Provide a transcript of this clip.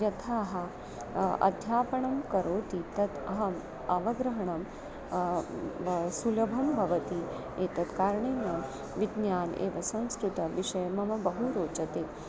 यथा अध्यापनं करोति तत् अहम् अवग्रहणं सुलभं भवति एतत् कारणेन विज्ञानम् एव संस्कृतविषये मम बहु रोचते